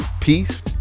Peace